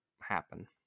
happen